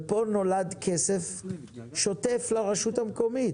ופה נולד כסף שוטף לרשות המקומית,